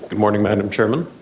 morning, madam chairman.